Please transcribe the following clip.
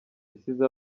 yasize